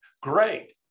Great